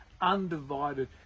undivided